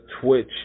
Twitch